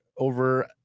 over